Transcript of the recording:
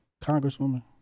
Congresswoman